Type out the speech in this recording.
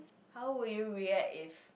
how would you react if